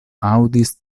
aŭdis